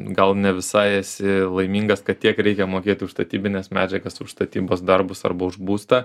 gal ne visai esi laimingas kad tiek reikia mokėti už statybines medžiagas už statybos darbus arba už būstą